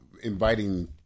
inviting